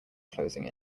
closing